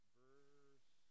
verse